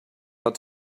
out